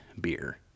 beer